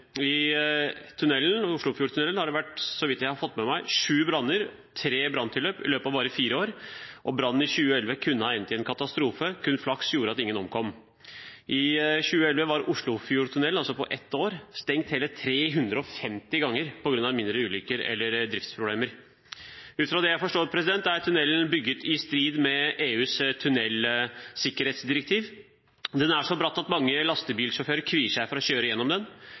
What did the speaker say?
har det, så vidt jeg har fått med meg, vært sju branner og tre branntilløp i løpet av bare fire år. Brannen i 2011 kunne ha endt i en katastrofe. Kun flaks gjorde at ingen omkom. I 2011 – altså på ett år – var Oslofjordtunnelen stengt hele 350 ganger på grunn av mindre ulykker eller driftsproblemer. Ut fra det jeg har forstått, er tunnelen bygget i strid med EUs tunnelsikkerhetsdirektiv. Den er så bratt at mange lastebilsjåfører kvier seg for å kjøre gjennom den.